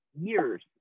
years